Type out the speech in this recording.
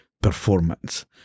Performance